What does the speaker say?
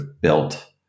built